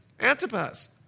Antipas